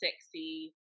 sexy